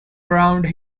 round